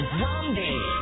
zombie